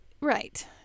Right